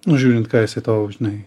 nu žiūrint ką jisai tau žinai